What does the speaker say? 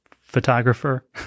photographer